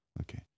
Okay